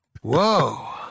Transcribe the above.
Whoa